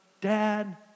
dad